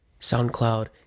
SoundCloud